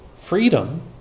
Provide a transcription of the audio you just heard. Freedom